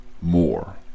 More